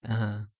(uh huh)